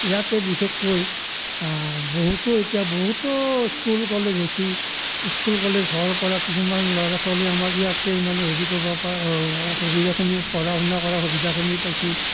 ইয়াতে বিশেষকৈ বহুতো এতিয়া বহুতো স্কুল কলেজ হৈছে স্কুল কলেজ হোৱাৰ পৰা কিছুমান ল'ৰা ছোৱালী আমাৰ ইয়াতে মানে হেৰি কৰবা সুবিধাখিনি পঢ়া শুনা কৰা সুবিধাখিনি পাইছে